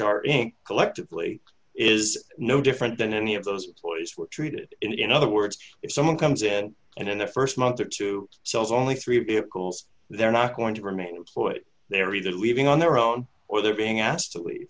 r inc collectively is no different than any of those ploys were treated in other words if someone comes in and in the st month or two sells only three vehicles they're not going to remain employed there either leaving on their own or they're being asked to leave